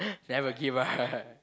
never give up